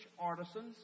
artisans